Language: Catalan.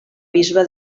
bisbe